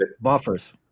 buffers